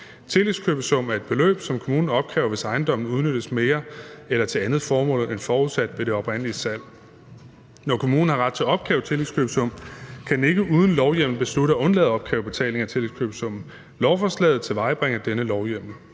Tillægskøbesummen er et beløb, som kommunen opkræver, hvis ejendommen udnyttes mere eller til andet formål end forudsat ved det oprindelige salg. Når kommunen har ret til at opkræve tillægskøbesum, kan den ikke uden lovhjemmel beslutte at undlade at opkræve betaling af tillægskøbesummen. Lovforslaget tilvejebringer denne lovhjemmel.